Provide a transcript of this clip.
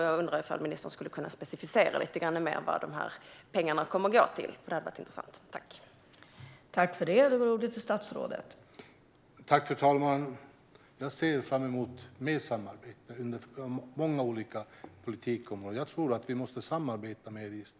Jag undrar om ministern skulle kunna specificera lite mer vad pengarna kommer att gå till, för det skulle vara intressant att veta.